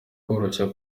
koroshya